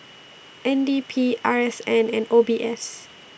N D P R S N and O B S